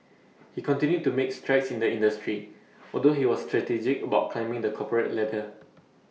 he continued to make strides in the industry although he was strategic about climbing the corporate ladder